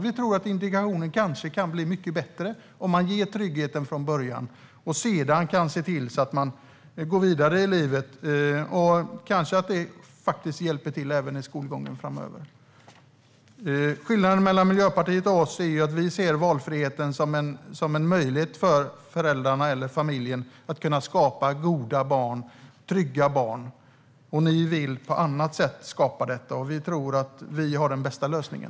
Vi tror att introduktionen kan bli mycket bättre om man ger tryggheten från början och sedan kan se till att man går vidare i livet. Kanske hjälper det även till i skolgången framöver. Skillnaden mellan Miljöpartiet och oss är att vi ser valfriheten som en möjlighet för föräldrarna och familjen att skapa goda och trygga barn, medan ni vill åstadkomma detta på annat sätt. Vi tror att vi har den bästa lösningen.